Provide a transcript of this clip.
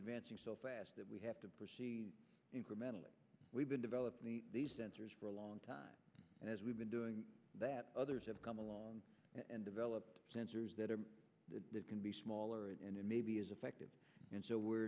advancing so fast that we have to proceed incrementally we've been developing these sensors for a long time and as we've been doing that others have come along and developed sensors that are that can be smaller and it may be as effective and so we're